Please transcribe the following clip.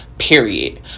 period